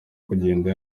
kugenda